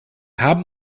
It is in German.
haben